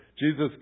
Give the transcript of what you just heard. Jesus